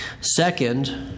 Second